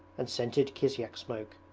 and scented kisyak smoke.